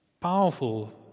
powerful